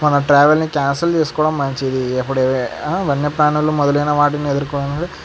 మనం ట్రావెల్ని క్యాన్సల్ చేసుకోవడం మంచిది ఎప్పుడ వన్య ప్రాణులు మొదలైన వాటిని ఎదుర్కొంటే